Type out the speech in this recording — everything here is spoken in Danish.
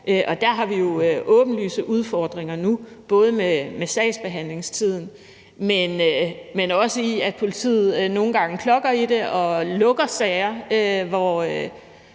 Og der har vi jo åbenlyse udfordringer nu både med sagsbehandlingstiden, men også med, at politiet nogle gange klokker i det og lukker sager, hvor